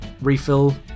refill